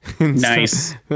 nice